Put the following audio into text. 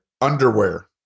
underwear